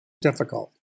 difficult